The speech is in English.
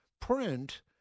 print